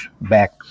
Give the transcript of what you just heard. back